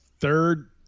third